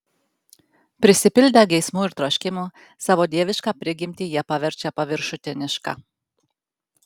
prisipildę geismų ir troškimų savo dievišką prigimtį jie paverčia paviršutiniška